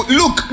look